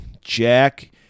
Jack